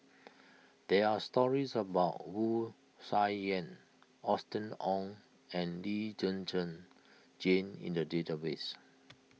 there are stories about Wu Tsai Yen Austen Ong and Lee Zhen Zhen Jane in the database